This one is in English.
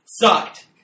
sucked